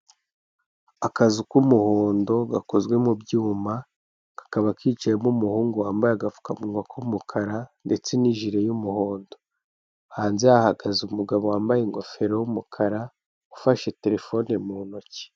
Akazu k'umuhondo gakozwe mu byuma, kakaba kicayemo umuhungu wambaye agapfukamunwa k'umukara, ndetse n'ijire y'umuhondo, hanze hahagaze umugabo wambaye ingofero y'umukara, ufashe Telefone muntoki.